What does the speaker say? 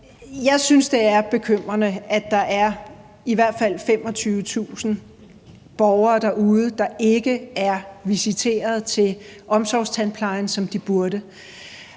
Jeg synes, det er bekymrende, at der er i hvert fald 25.000 borgere derude, der ikke er visiteret til omsorgstandplejen, som de burde.